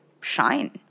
shine